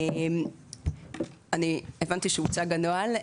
הבנתי שהוצג הנוהל.